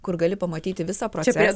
kur gali pamatyti visą procesą